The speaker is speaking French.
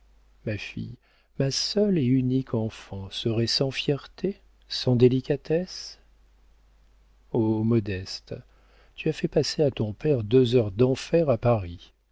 ma fille ma seule et unique enfant serait sans fierté sans délicatesse oh modeste tu as fait passer à ton père deux heures d'enfer à paris